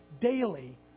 daily